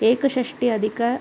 एकषष्टि अधिक